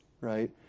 right